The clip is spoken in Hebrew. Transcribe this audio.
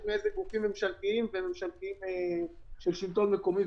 מאיזה גופים ממשלתיים ושלטון מקומי,